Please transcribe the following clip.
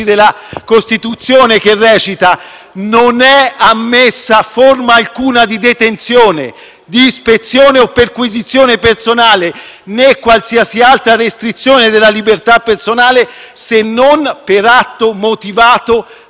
di ispezione o perquisizione personale, né qualsiasi altra restrizione della libertà personale, se non per atto motivato dell'autorità giudiziaria e nei soli casi e modi previsti dalla legge».